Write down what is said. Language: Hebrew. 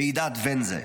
ועידת ואנזה.